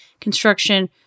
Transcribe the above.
construction